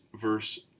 verse